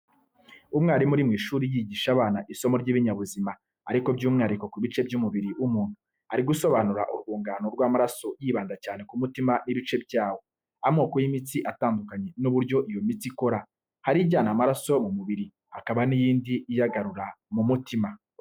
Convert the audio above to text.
Umwarimu uri mu ishuri yigisha abana isomo ry'ibinyabuzima ariko by'umwihariko ku bice by'umubiri w'umuntu. Ari gusobanura urwungano rw'amaraso yibanda cyane k'umutima n'ibice byawo, amoko y'imitsi atandukanye n'uburyo iyo mitsi ikora. Hari ijyana amaraso mu mubiri hakaba n'indi iyagarura mu mutima.